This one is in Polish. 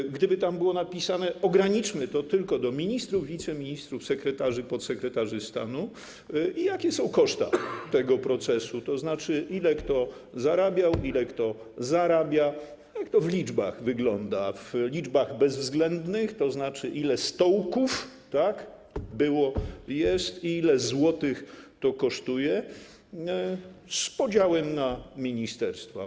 I gdyby tam było napisane - ograniczmy to tylko do ministrów, wiceministrów, sekretarzy, podsekretarzy stanu - jakie są koszty tego procesu, tzn. ile kto zarabiał, ile kto zarabia, jak to w liczbach wygląda, w liczbach bezwzględnych, tzn. ile stołków było i jest, ile złotych to kosztuje, z podziałem na ministerstwa.